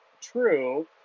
true